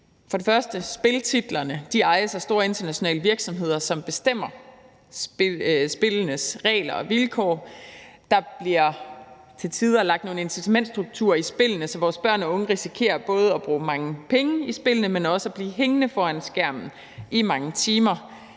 aktiviteter. Spiltitlerne ejes af store internationale virksomheder, som bestemmer spillenes regler og vilkår, og der bliver til tider nedlagt nogle incitamentsstrukturer i spillene, så vores børn og unge risikerer både at bruge mange penge i spillene, men også at blive hængende foran skærmen i mange timer.